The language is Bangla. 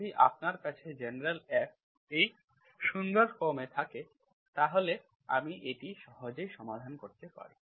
যদি আপনার কাছে জেনারেল F এই সুন্দর ফর্ম এ থাকে তাহলে আমি এটি সহজেই সমাধান করতে পারি